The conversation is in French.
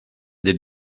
des